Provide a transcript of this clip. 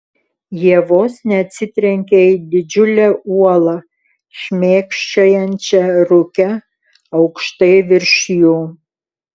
jie vos neatsitrenkė į didžiulę uolą šmėkščiojančią rūke aukštai virš jų